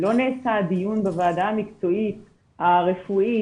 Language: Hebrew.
לא נעשה הדיון בוועדה המקצועית הרפואית,